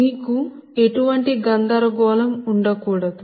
మీకు ఎటువంటి గందరగోళం ఉండ కూడదు